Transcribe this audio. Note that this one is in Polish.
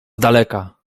daleka